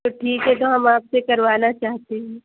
تو ٹھیک ہے تو ہم آپ سے کروانا چاہتے ہیں